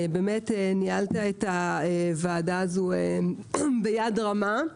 ניהלת את הוועדה הזו ביד רמה,